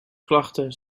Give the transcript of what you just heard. klachten